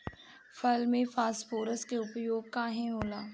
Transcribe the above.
फसल में फास्फोरस के उपयोग काहे होला?